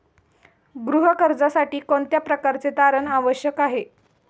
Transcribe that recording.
गृह कर्जासाठी कोणत्या प्रकारचे तारण आवश्यक आहे?